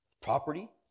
property